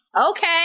Okay